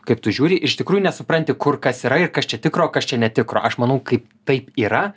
kaip tu žiūri iš tikrųjų nesupranti kur kas yra ir kas čia tikro o kas čia netikro aš manau kai taip yra